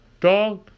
Dog